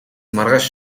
маргааш